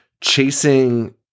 chasing